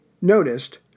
noticed